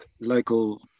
local